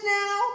now